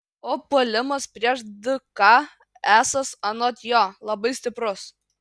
o puolimas prieš dk esąs anot jo labai stiprus